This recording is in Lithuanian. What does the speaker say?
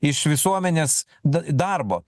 iš visuomenės d darbo